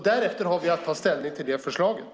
Därefter har vi att ta ställning till det förslaget.